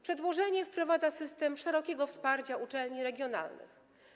Przedłożenie wprowadza system szerokiego wsparcia uczelni regionalnych.